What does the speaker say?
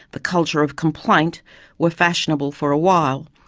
the culture of complaint were fashionable for a while,